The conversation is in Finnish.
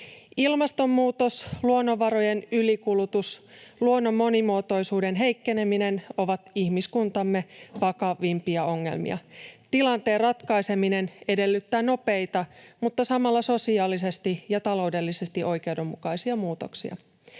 Ilmastonmuutos, luonnonvarojen ylikulutus ja luonnon monimuotoisuuden heikkeneminen ovat ihmiskuntamme vakavimpia ongelmia. Tilanteen ratkaiseminen edellyttää nopeita mutta samalla sosiaalisesti ja taloudellisesti oikeudenmukaisia muutoksia.